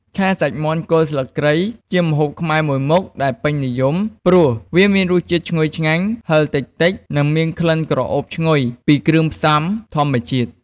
ឆាសាច់មាន់គល់ស្លឹកគ្រៃ ជាម្ហូបខ្មែរមួយមុខដែលពេញនិយម ព្រោះវាមានរសជាតិឈ្ងុយឆ្ងាញ់ ហឹរតិចៗ និងមានក្លិនក្រអូបឈ្ងុយពីគ្រឿងផ្សំធម្មជាតិ។